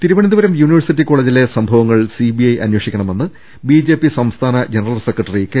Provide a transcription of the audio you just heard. Thiruvananthapuram university കോളജിലെ സംഭവങ്ങൾ CBI അന്വേഷിക്കണമെന്ന് ബിജെപി സംസ്ഥാന ജനറൽ സെക്ര ട്ടറി കെ